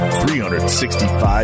365